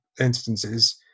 instances